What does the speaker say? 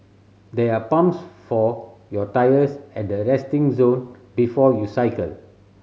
there are pumps for your tyres at the resting zone before you cycle